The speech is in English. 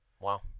Wow